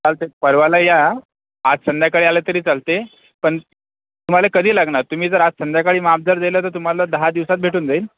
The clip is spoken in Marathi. चालतंय परवाला या आज संध्याकाळी आला तरी चालतंय पण तुम्हाला कधी लागणार तुम्ही जर आज संध्याकाळी माप जर दिलं तर तुम्हाला दहा दिवसात भेटून जाईल